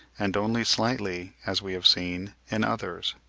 and only slightly, as we have seen, in others.